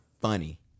funny